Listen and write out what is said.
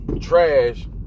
trash